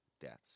deaths